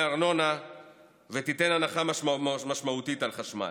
ארנונה ותיתן הנחה משמעותית על החשמל.